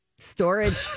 Storage